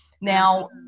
now